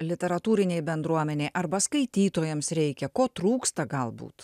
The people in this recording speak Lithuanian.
literatūrinei bendruomenei arba skaitytojams reikia ko trūksta galbūt